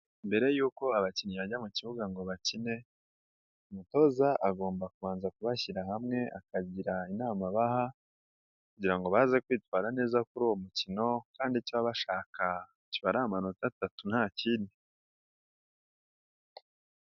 Mbere yuko abakinnyi bajya mu kibuga ngo bakine, umutoza agomba kubanza kubashyira hamwe akagira inama baha kugira ngo baze kwitwara neza kuri uwo mukino kandi icyo bashaka kiba ari amanota atatu nta kindi.